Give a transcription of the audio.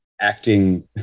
acting